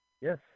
yes